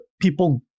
people